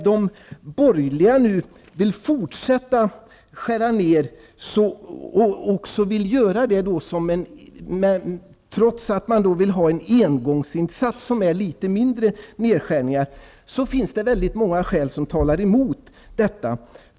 De borgerliga vill fortsätta att skära ned, trots att de vill ha en engångsinsats med litet mindre nedskärningar. Det finns väldigt många skäl som talar emot detta.